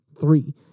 three